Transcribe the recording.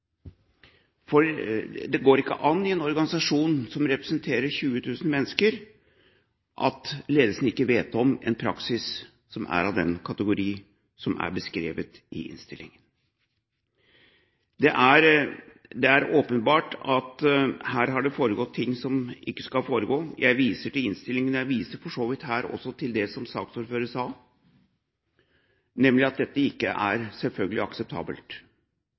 I en organisasjon som representerer 20 000 mennesker, går det ikke an at ledelsen ikke vet om en praksis som er av den kategori som er beskrevet i innstillingen. Det er åpenbart at her har det foregått ting som ikke skal foregå. Jeg viser til innstillingen. Jeg viser for så vidt her også til det som saksordføreren sa, nemlig at dette selvfølgelig ikke er akseptabelt.